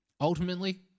Ultimately